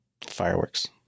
Fireworks